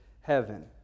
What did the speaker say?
heaven